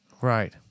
Right